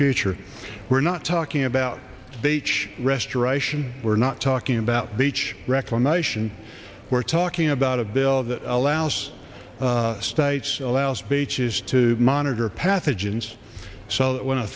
future we're not talking about beach restoration we're not talking about beach reclamation we're talking about a bill that allows states allow speeches to monitor pathogens so that when a